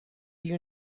you